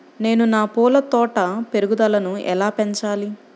నేను నా పూల తోట పెరుగుదలను ఎలా పెంచాలి?